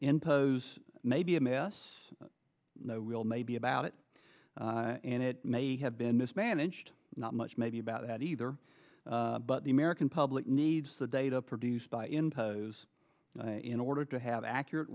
impose may be a mess no real maybe about it and it may have been mismanaged not much maybe about that either but the american public needs the data produced by impose in order to have accurate